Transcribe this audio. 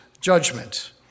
judgment